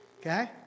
Okay